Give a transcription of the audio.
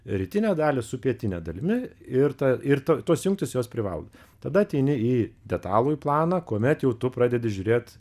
rytinę dalį su pietine dalimi ir tą ir to tos jungtys jos privalo tada ateini į detalųjį planą kuomet jau tu pradedi žiūrėt